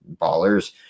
ballers